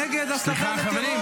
נגד הסתה לטרור?